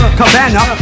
cabana